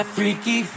Freaky